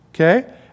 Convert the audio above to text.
Okay